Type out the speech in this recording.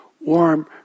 warm